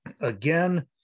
again